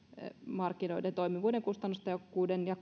markkinoiden toimivuuden kustannustehokkuuden ja